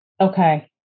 Okay